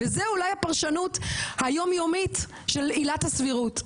זאת אולי הפרשנות היום יומית של עילת הסבירות.